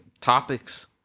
topics